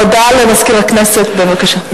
הודעה למזכיר הכנסת, בבקשה.